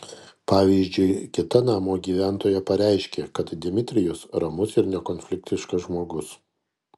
pavyzdžiui kita namo gyventoja pareiškė kad dmitrijus ramus ir nekonfliktiškas žmogus